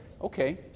Okay